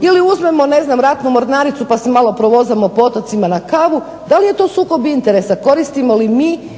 Ili uzmemo ne znam ratnu mornaricu pa se malo provozamo po otocima na kavu. Da li je to sukob interesa? Koristimo li mi